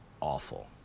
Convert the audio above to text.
awful